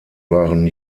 waren